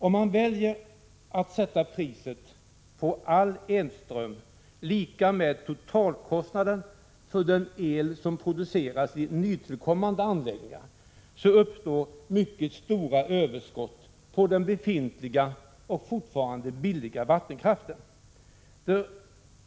Om man väljer ett pris på all elström som är lika med totalkostnaden för den el som produceras i nytillkommande anläggningar, uppstår mycket stora överskott när det gäller den befintliga och fortfarande billiga vattenkraften.